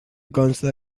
consta